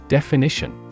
Definition